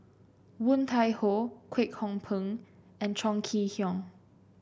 Woon Tai Ho Kwek Hong Png and Chong Kee Hiong